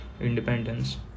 independence